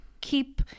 keep